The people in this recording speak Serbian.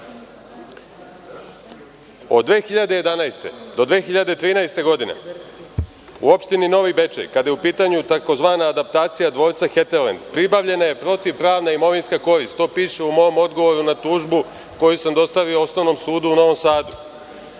od 2011. godine do 2013. godine u opštini Novi Bečej, kada je u pitanju tzv. adaptacija dvorca „Heterlend“, pribavljena je protivpravna imovinska korist, to piše u mom odgovoru na tužbu koju sam dostavio Osnovnom sudu u Novom Sadu